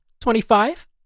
Twenty-five